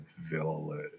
village